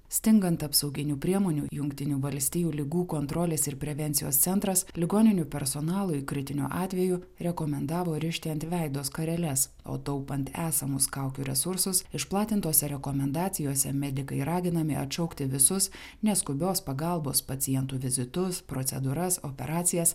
stingant apsauginių priemonių jungtinių valstijų ligų kontrolės ir prevencijos centras ligoninių personalui kritiniu atveju rekomendavo rišti ant veido skareles o taupant esamus kaukių resursus išplatintose rekomendacijose medikai raginami atšaukti visus neskubios pagalbos pacientų vizitus procedūras operacijas